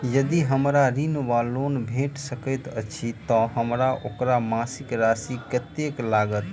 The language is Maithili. यदि हमरा ऋण वा लोन भेट सकैत अछि तऽ हमरा ओकर मासिक राशि कत्तेक लागत?